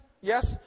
Yes